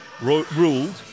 ruled